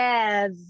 Yes